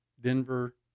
Denver